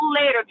later